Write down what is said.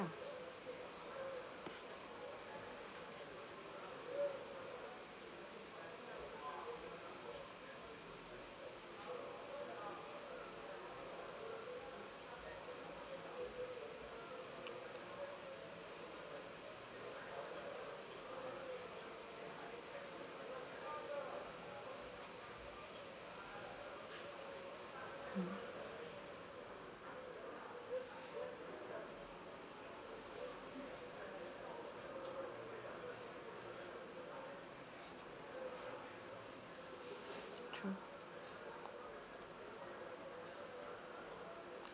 mm true